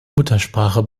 muttersprache